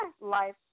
life